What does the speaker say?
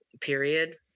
period